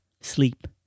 sleep